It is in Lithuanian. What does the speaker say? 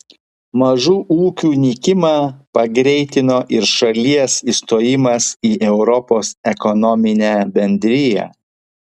mažų ūkių nykimą pagreitino ir šalies įstojimas į europos ekonominę bendriją